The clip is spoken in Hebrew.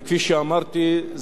וכפי שאמרתי,